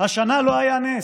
השנה לא היה נס.